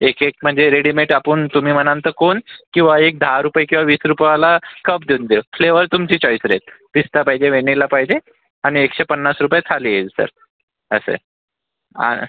एकेक म्हणजे रेडीमेड आपुन तुम्ही म्हणाल तर कोन किंवा एक दहा रुपये किंवा वीस रुपयेवाला कप देऊन देऊ फ्लेवर तुमची चॉईस राहील पिस्ता पाहिजे वॅनिला पाहिजे आणि एकशे पन्नास रुपये थाली येईल सर असं आहे आ